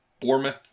Bournemouth